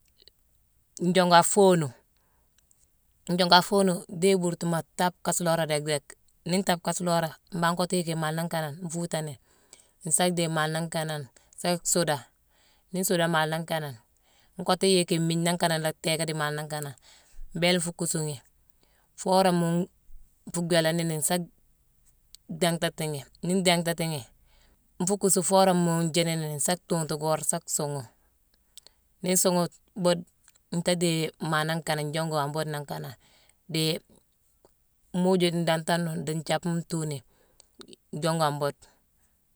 Njongu ak foonu, njongu ak foonu dhéye buurtuma taape kaasuloré déck-déck. Nii ntaape kaasulora, mbangh nkottu yicki maale nangh kanane nfuutani, nsa dhéye maale nangh kanane sa suuda. Nii nsuuda maale nangh kanane, nkottu yicki mmiigne nangh kanane nlaa dhééké dii maale nangh kanane. Mbéélé nfuu kuusu ghi foo worama-n- nfuu gwéélé nini, nsaa dhinghtati ghi. Nii ndinghtati ghi, nfuu kuusu foo worama njiini nini, nsa tuuntu gora, sa suugho. Nii nsuugho, buude, ntaa déye maa nangh kanane jongu an buudena nangh kanane dii nmuuju ndantane nune dii nthiaabe ntuu ni, jongu an buude